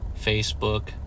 facebook